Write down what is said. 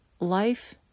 life